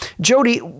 Jody